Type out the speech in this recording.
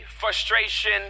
frustration